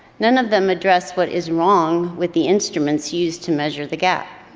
none of them address what is wrong with the instruments used to measure the gap.